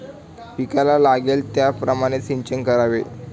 पिकाला लागेल त्याप्रमाणे सिंचन करावे